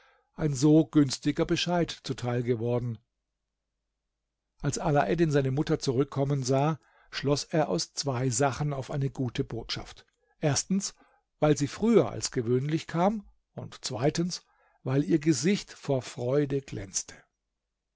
ein so günstiger bescheid zuteil geworden als alaeddin seine mutter zurückkommen sah schloß er aus zwei sachen auf eine gute botschaft erstens weil sie früher als gewöhnlich kam und zweitens weil ihr gesicht vor freude glänzte